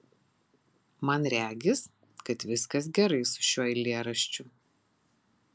man regis kad viskas gerai su šiuo eilėraščiu